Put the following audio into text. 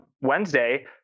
Wednesday